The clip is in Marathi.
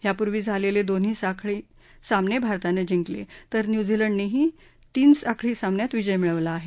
यापूर्वी झालेले दोन्ही साखळी सामने भारतानं जिंकले तर न्यूझीलंडनंही तीन साखळी सामन्यात विजय मिळवला आहे